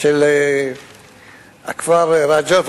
של הכפר רג'ר,